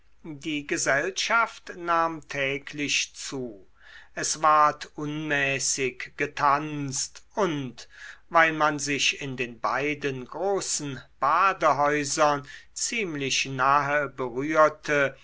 die gesellschaft nahm täglich zu es ward unmäßig getanzt und weil man sich in den beiden großen badehäusern ziemlich nahe berührte